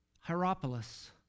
Hierapolis